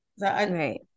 Right